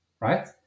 right